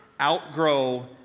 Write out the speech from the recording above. outgrow